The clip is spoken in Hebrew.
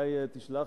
אולי תשלח,